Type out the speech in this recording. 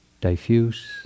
diffuse